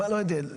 אני לא יודע.